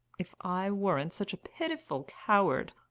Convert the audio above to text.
if i weren't such a pitiful coward,